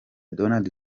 donald